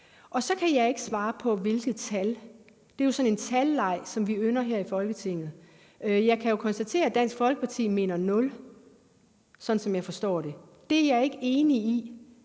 Så kan jeg ikke svare på det med antallet. Det er jo sådan en talleg, som vi ynder her i Folketinget. Jeg kan konstatere, at Dansk Folkeparti mener nul, sådan som jeg forstår det. Det er jeg ikke enig i.